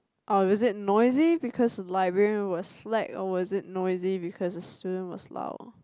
or was it noisy because the librarian was slack or was it noisy because the student was loud